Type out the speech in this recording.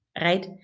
right